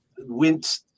Went